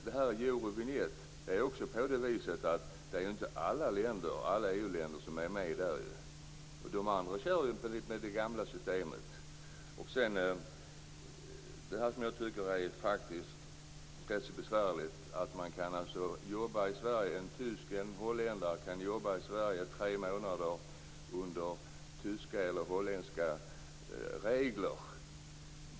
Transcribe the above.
Det är inte alla EU-länder som är med i Eurovinjettsystemet. Övriga länder använder sig av det gamla systemet. Jag tycker att det är ganska besvärligt att en tysk eller en holländare kan jobba i Sverige tre månader under tyska eller holländska regler.